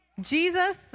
Jesus